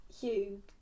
Hugh